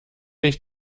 ich